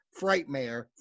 Frightmare